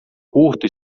curto